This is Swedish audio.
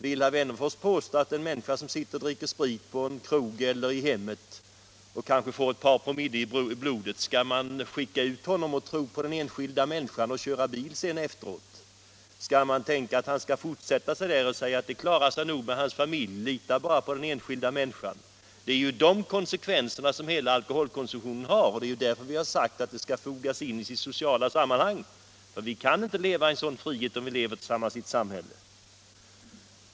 Vill herr Wennerfors påstå att en människa som sitter och dricker sprit på en krog eller i hemmet, och kanske får ett par promille i blodet, efteråt kan skickas ut för att köra bil? Skall vi då tro på den enskilda människan? Skall vi tänka att hon kan fortsätta att dricka och att familjen nog klarar sig ändå, lita bara på den enskilda människan? Alkoholkonsumtionen har ju dessa konsekvenser, och därför har vi sagt att problemet skall fogas in i sitt sociala sammanhang. Vi kan inte leva i en sådan 117 frihet, om vi vill leva tillsammans i ett samhälle.